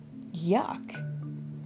Yuck